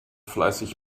fleißig